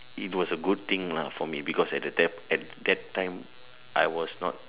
it was a good thing lah for me because at that at that time I was not